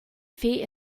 feet